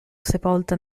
sepolta